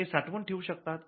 ते साठवून ठेऊ शकतात